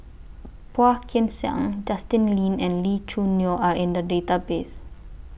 Phua Kin Siang Justin Lean and Lee Choo Neo Are in The Database